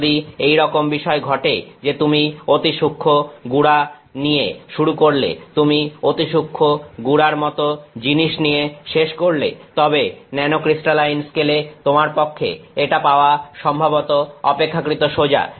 যদি এইরকম বিষয় ঘটে যে তুমি অতি সূক্ষ্ম গুড়া নিয়ে শুরু করলে তুমি অতি সূক্ষ্ম গুড়ার মত জিনিস নিয়ে শেষ করলে তবে ন্যানোক্রিস্টালাইন স্কেলে তোমার পক্ষে এটা পাওয়া সম্ভবত অপেক্ষাকৃত সোজা